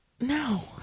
No